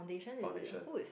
foundation